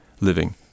living